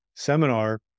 Seminar